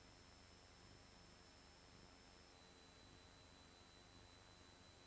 Grazie